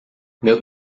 meu